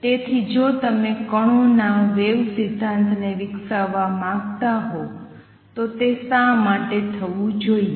તેથી જો તમે કણોના વેવ સિદ્ધાંતને વિકસાવવા માંગતા હોવ તો તે શા માટે થવું જોઈએ